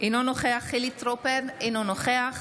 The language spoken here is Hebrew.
אינו נוכח חילי טרופר, אינו נוכח